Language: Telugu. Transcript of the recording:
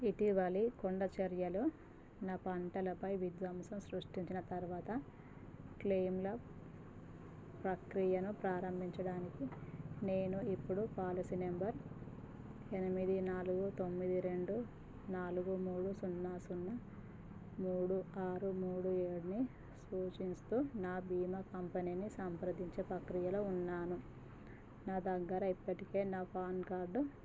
ఇటీవలి కొండచరియలు నా పంటలపై విధ్వంసం సృష్టించిన తర్వాత క్లెయిమ్ల ప్రక్రియను ప్రారంభించడానికి నేను ఇప్పుడు పాలసీ నెంబర్ ఎనిమిది నాలుగు తొమ్మిది రెండు నాలుగు మూడు సున్నా సున్నా మూడు ఆరు మూడు ఏడుని సూచిస్తు నా బీమా కంపెనీని సంప్రదించే ప్రక్రియలో ఉన్నాను నా దగ్గర ఇప్పటికే నా పాన్ కార్డు